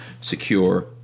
secure